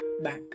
back